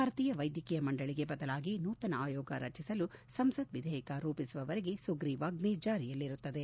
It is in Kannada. ಭಾರತೀಯ ವೈದ್ಯಕೀಯ ಮಂಡಳಿಗೆ ಬದಲಾಗಿ ನೂತನ ಆಯೋಗ ರಚಿಸಲು ಸಂಸತ್ ವಿಧೇಯಕ ರೂಪಿಸುವವರೆಗೆ ಸುಗ್ರಿವಾಜ್ಞೆ ಜಾರಿಯಲ್ಲಿರುತ್ತದೆ